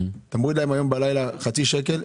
אתה מוריד להם היום בלילה חצי שקל,